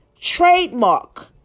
trademark